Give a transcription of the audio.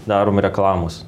darom reklamos